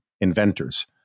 inventors